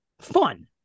fun